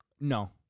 No